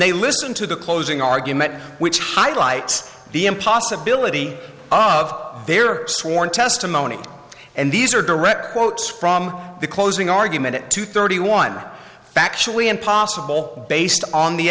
they listen to the closing argument which highlights the impossibility of their sworn testimony and these are direct quotes from the closing argument at two thirty one factually and possible based on the